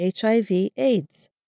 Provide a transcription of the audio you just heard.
HIV-AIDS